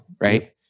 right